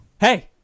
Hey